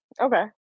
Okay